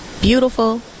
beautiful